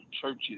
churches